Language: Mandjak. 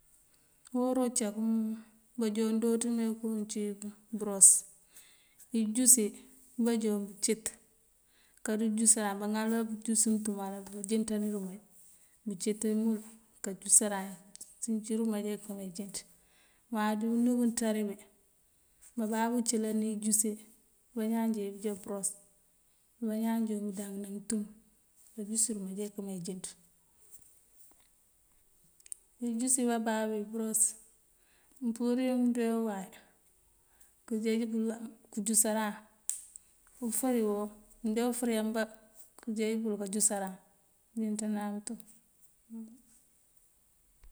Uhora uncak, báanjoon jooţ me kooncí bëros. Ijúsi ibáando búncët koonjúsëran. Báŋalunk káanjús mëëntum uwala káanjënţan irúmaj búncët imul koojúsëran, búusinc irúmaj ekëëmee injënţ. Má dí unú unţári wí, bababú cëlani injúsi bí bañaan jee bunjá bëros. Imbañaan jee búundáŋëná mëëntum, këënjús irúmaj ekëëmee injënţ. Ejúsi bababú iyi bëros, mëmpurir mëënde uwáay këënjeej bël këënjúsëraŋ. Ufëri woo, mëënde ufëri ambá këënjeej bël káanjúsëran, këënjënţënan muntum.